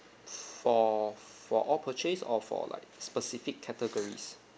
for for all purchase or for like specific categories